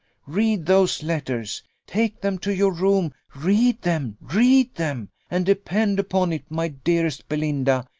read those letters take them to your room, read them, read them and depend upon it, my dearest belinda!